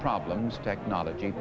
problems technology